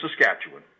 Saskatchewan